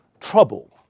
trouble